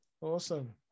Awesome